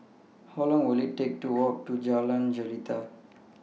How Long Will IT Take to Walk to Jalan Jelita